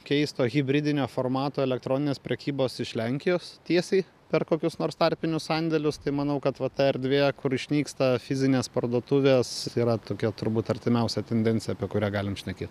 keisto hibridinio formato elektroninės prekybos iš lenkijos tiesiai per kokius nors tarpinius sandėlius tai manau kad va ta erdvė kur išnyksta fizinės parduotuvės yra tokia turbūt artimiausia tendencija apie kurią galim šnekėti